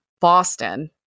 Boston